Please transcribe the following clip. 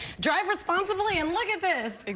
drive responsibly, and look at this,